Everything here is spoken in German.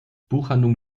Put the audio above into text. buchhandlung